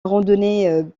randonnée